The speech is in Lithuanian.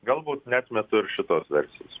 galbūt neatmetu ir šitos versijos